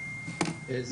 וזה